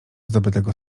zdobytego